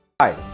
Hi